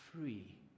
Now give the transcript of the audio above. free